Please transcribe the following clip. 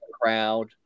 crowd